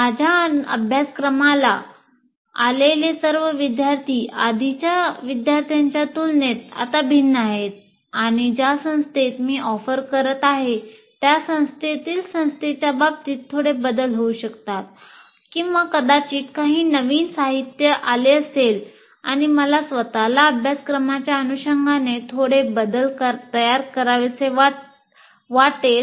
माझ्या अभ्यासक्रमाला आलेले सर्व विद्यार्थी आधीच्या विद्यार्थ्यांच्या तुलनेत आता भिन्न आहेत आणि ज्या संस्थेत मी ऑफर करत आहे त्या संस्थेतील संस्थेच्या बाबतीत थोडे बदल होऊ शकतात किंवा कदाचित काही नवीन साहित्य आले असेल आणि मला स्वतःला अभ्यासक्रमाच्या अनुषंगाने थोडेसे बदल तयार करावेसे वाटतील